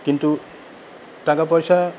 কিন্তু টাকাপয়সা